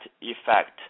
effect